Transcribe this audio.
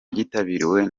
byitabiriwe